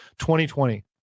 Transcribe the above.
2020